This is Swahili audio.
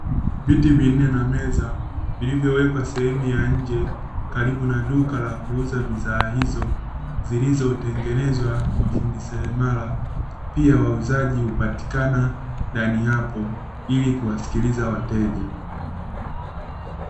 Viti vinne na meza vilivyowekwa sehemu ya nje, karibu na duka la kuuza bidhaa hizo, zilizotengenezwa na mafundi seremala. Pia wauzaji hupatikana ndani hapo, ili kuwasikiliza wateja.